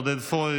עודד פורר,